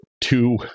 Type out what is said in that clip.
two